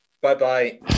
Bye-bye